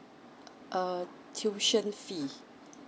uh tuition fee